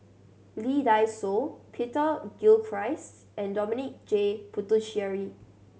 Lee Dai Soh Peter Gilchrist and Dominic J Puthucheary